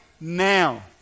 now